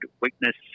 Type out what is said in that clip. weakness